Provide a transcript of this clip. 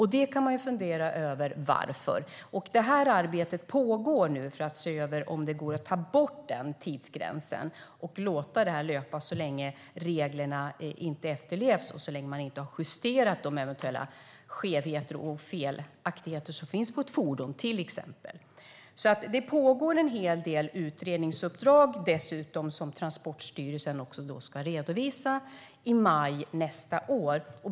Man kan fundera över varför. Nu pågår ett arbete för att se över om det går att ta bort tidsgränsen och låta klampningen pågå så länge reglerna inte efterlevs och man inte har justerat de skevheter och fel som finns på fordonet. Det pågår dessutom en del utredningsuppdrag som Transportstyrelsen ska redovisa i maj nästa år.